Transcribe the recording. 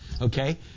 okay